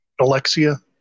Alexia